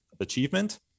achievement